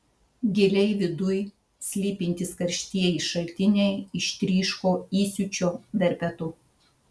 giliai viduj slypintys karštieji šaltiniai ištryško įsiūčio verpetu